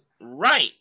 Right